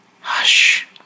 hush